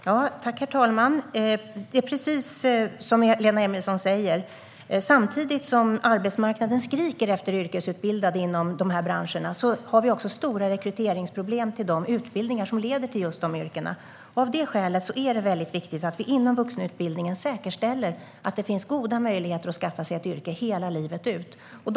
Herr talman! Det är precis som Lena Emilsson säger: Samtidigt som arbetsmarknaden skriker efter yrkesutbildade inom de här branscherna har vi stora rekryteringsproblem till de utbildningar som leder till just dessa yrken. Av det skälet är det viktigt att vi inom vuxenutbildningen säkerställer att det finns goda möjligheter hela livet att skaffa sig ett yrke.